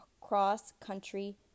cross-country